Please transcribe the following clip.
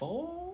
four